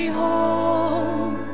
home